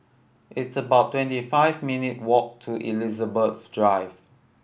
it's about twenty five minute walk to Elizabeth Drive